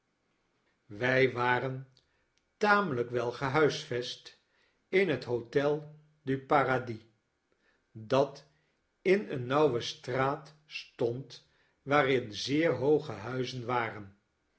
wij waren tamelijk wel gehuisvest in het hotel du paradis dat in een nauwe straat stond waarin zeer hooge huizen waren